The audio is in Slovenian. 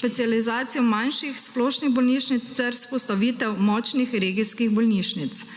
specializacijo manjših splošnih bolnišnic ter vzpostavitev močnih regijskih bolnišnic.